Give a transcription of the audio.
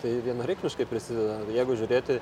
tai vienareikšmiškai prisideda jeigu žiūrėti